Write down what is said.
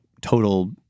total